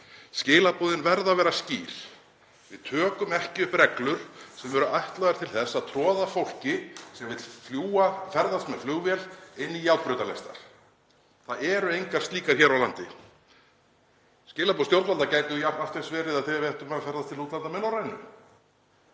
Skilaboðin verða að vera skýr. Við tökum ekki upp reglur sem eru ætlaðar til þess að troða fólki sem vill ferðast með flugvél inn í járnbrautarlestir. Það eru engar slíkar hér á landi. Skilaboð stjórnvalda gætu allt eins verið að við ættum að ferðast til útlanda með Norrænu.